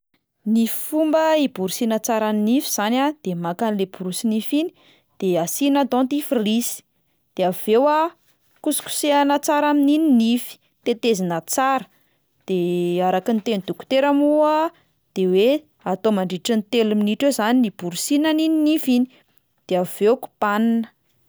Ny fomba hiborosiana tsara ny nify zany a de maka an'le borosy nify iny de asiana dentifrisy, de avy eo a kosokosehana tsara amin'iny ny nify, tetezina tsara, de araka ny tenin'ny dokotera moa de hoe atao mandritry ny telo minitra eo zany ny ibirosiana an'iny nify iny de avy eo kobanina.